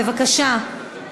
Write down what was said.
בבקשה.